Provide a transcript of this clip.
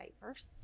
diverse